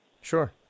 sure